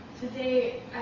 today